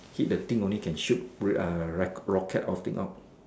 hit the thing can only shoot rocket rocket thing out